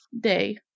Day